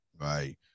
Right